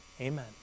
Amen